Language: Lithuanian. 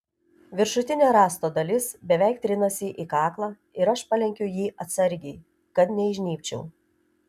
viršutinė rąsto dalis beveik trinasi į kaklą ir aš palenkiu jį atsargiai kad neįžnybčiau